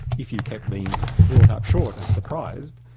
if you kept being brought up short and surprised,